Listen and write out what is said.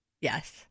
Yes